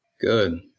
Good